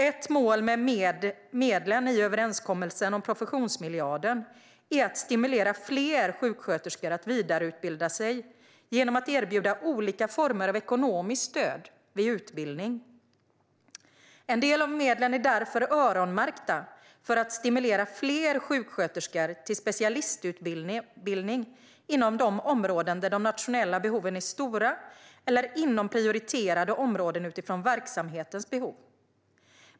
Ett mål med medlen i överenskommelsen om professionsmiljarden är att stimulera fler sjuksköterskor att vilja vidareutbilda sig genom att man erbjuder olika former av ekonomiskt stöd vid utbildning. En del av medlen är därför öronmärkta för att stimulera fler sjuksköterskor att gå en specialistutbildning inom områden där de nationella behoven är stora eller inom prioriterade områden utifrån verksamhetens behov.